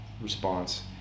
response